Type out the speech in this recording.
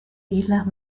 islas